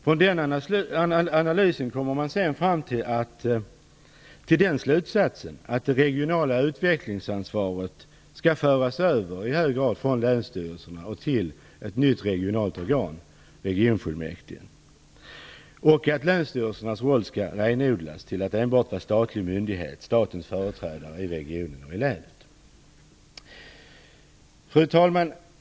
Från den analysen kommer man bl.a. fram till den slutsatsen att det regionala utvecklingsansvaret skall föras över från länsstyrelserna till ett nytt regionalt organ, regionfullmäktige. Länsstyrelsernas roll skall renodlas till att de enbart skall vara statliga myndigheter, statens företrädare i regionen, länet. Fru talman!